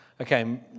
Okay